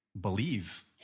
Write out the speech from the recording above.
believe